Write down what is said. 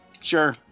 sure